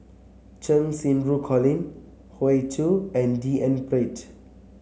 Cheng Xinru Colin Hoey Choo and D N Pritt